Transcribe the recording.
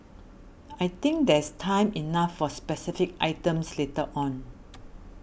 I think there's time enough for specific items later on